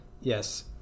Yes